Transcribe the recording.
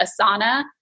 Asana